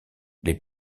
les